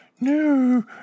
No